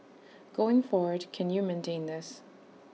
going forward can you maintain this